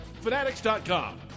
Fanatics.com